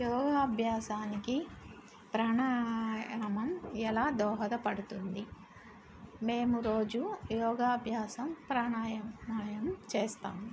యోగాభ్యాసానికి ప్రాణాయామం ఎలా దోహదపడుతుంది మేము రోజు యోగాభ్యాసం ప్రాణాయామం చేస్తాము